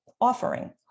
offering